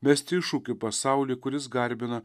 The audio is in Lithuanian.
mesti iššūkį pasaulį kuris garbina